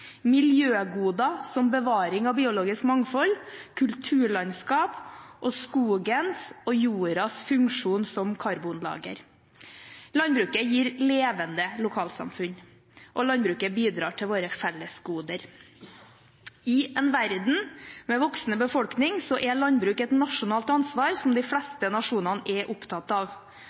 miljøgoder som bevaring av biologisk mangfold, kulturlandskap og skogens og jordas funksjon som karbonlager. Landbruket gir levende lokalsamfunn. Og landbruket bidrar til våre fellesgoder. I en verden med en voksende befolkning er landbruk et nasjonalt ansvar som de fleste nasjoner er opptatt av.